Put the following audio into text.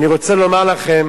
אני רוצה לומר לכם